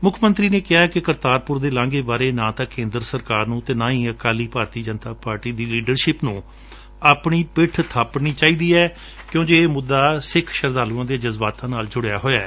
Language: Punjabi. ਮੁੱਖ ਮੰਤਰੀ ਨੇ ਕਿਹਾ ਕਿ ਕਰਤਾਰਪੁਰ ਦੇ ਲਾਂਘੇ ਬਾਰੇ ਨਾ ਤਾਂ ਕੇਂਦਰ ਸਰਕਾਰ ਨੂੰ ਅਤੇ ਨਾਂ ਹੀ Akali B J P leadership ਨੂੰ ਆਪਣੀ ਪਿੱਠ ਬਾਪੜਣੀ ਚਾਹੀਦੀ ਏ ਕਿਊਂ ਜੋ ਇਹ ਮੁੱਦਾ ਸਿੱਖ ਸ਼ਰਧਾਲੁਆਂ ਦੇ ਜਜ਼ਬਾਤਾਂ ਨਾਲ ਜੁੜਿਆ ਹੋਇਐ